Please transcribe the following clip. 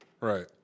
Right